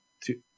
two